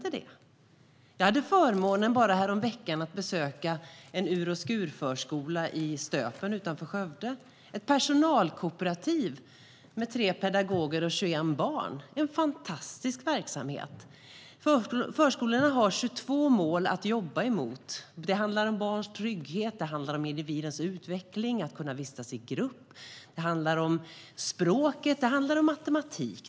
Häromveckan hade jag förmånen att få besöka en I ur och skur-förskola utanför Skövde, ett personalkooperativ med tre pedagoger och 21 barn. Det är en fantastisk verksamhet. Förskolorna har 22 mål att jobba mot. Det handlar om barns trygghet, om individens utveckling och om att kunna vistas i grupp. Det handlar om språket och om matematik.